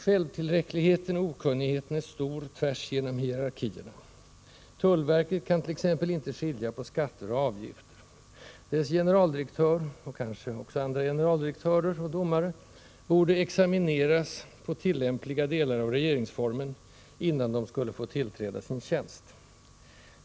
Självtillräckligheten och okunnigheten är stora, rakt genom hierarkierna. Tullverket kan t.ex. inte skilja på skatter och avgifter. Dess generaldirektör — och kanske också andra generaldirektörer och domare — borde examineras på tillämpliga delar av regeringsformen innan de skulle få tillträda sin tjänst.